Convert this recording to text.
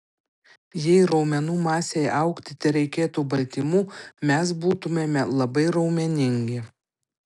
jei raumenų masei augti tereikėtų baltymų mes būtumėme labai raumeningi